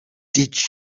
did